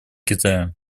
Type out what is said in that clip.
китая